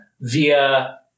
via